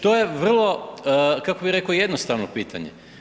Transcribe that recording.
To je vrlo, kako bi rekao jednostavno pitanje.